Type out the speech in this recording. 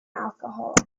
alcoholic